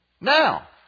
Now